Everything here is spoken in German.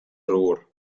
ruhr